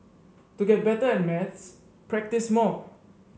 to get better at maths practise more